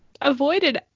avoided